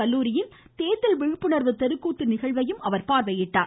கல்லூரியில் தேர்தல் விழிப்புணர்வு தெருக்கூத்து நிகழ்வை அவர் பார்வையிட்டாார்